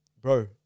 bro